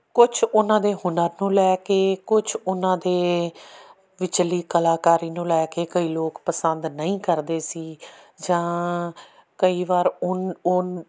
ਕੁਛ ਉਹਨਾਂ ਦੇ ਹੁਨਰ ਨੂੰ ਲੈ ਕੇ ਕੁਛ ਉਹਨਾਂ ਦੇ ਵਿਚਲੀ ਕਲਾਕਾਰੀ ਨੂੰ ਲੈ ਕੇ ਕਈ ਲੋਕ ਪਸੰਦ ਨਹੀਂ ਕਰਦੇ ਸੀ ਜਾਂ ਕਈ ਵਾਰ ਉਨ ਉਨ